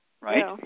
right